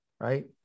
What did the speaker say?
Right